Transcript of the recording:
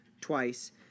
twice